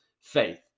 faith